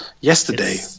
yesterday